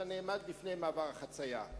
אתה נעמד לפני מעבר החצייה.